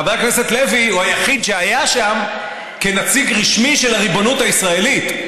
חבר הכנסת לוי הוא היחיד שהיה שם כנציג רשמי של הריבונות הישראלית.